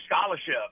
scholarship